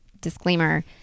disclaimer